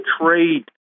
trade